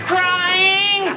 Crying